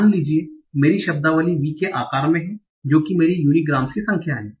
मान लीजिए कि मेरी शब्दावली V के आकार में है जो कि मेरी यूनीग्राम्स की संख्या है